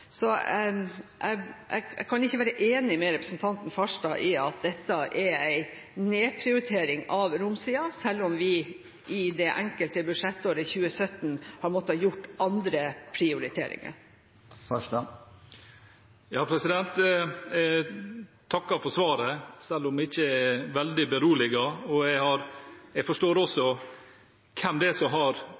Så jeg kan ikke være enig med representanten Farstad i at dette er en nedprioritering av romsida, selv om vi i det enkelte budsjettåret 2017 har måttet gjøre andre prioriteringer. Jeg takker for svaret, selv om jeg ikke er veldig beroliget. Jeg forstår hvem som har